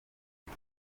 iki